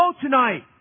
tonight